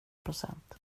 procent